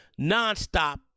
nonstop